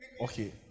Okay